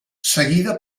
seguida